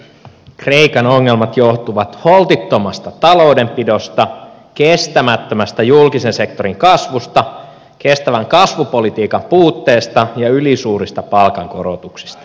kreikan ongelmat johtuvat holtittomasta taloudenpidosta kestämättömästä julkisen sektorin kasvusta kestävän kasvupolitiikan puutteesta ja ylisuurista palkankorotuksista